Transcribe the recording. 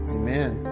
amen